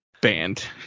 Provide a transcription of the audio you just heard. band